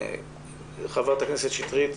חברת הכנסת שטרית,